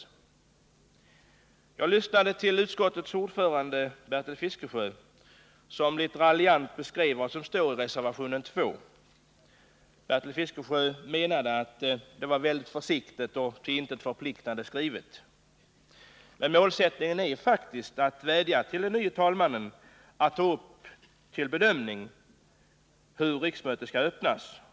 Riksdagens arbeis Jag lyssnade till utskottets ordförande, Bertil Fiskesjö, som litet raljant former, m.m. beskrev vad som står i reservation 2. Bertil Fiskesjö menade att det var en väldigt försiktig och till intet förpliktande skrivning. Men målsättningen är faktiskt att vädja till den nye talmannen att till bedömning ta upp frågan om hur riksmötet skall öppnas.